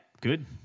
good